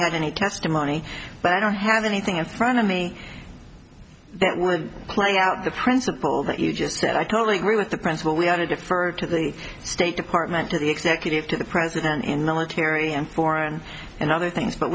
testimony but i don't have anything in front of me that were playing out the principle that you just said i totally agree with the principle we ought to defer to the state department or the executive to the president in military and foreign and other things but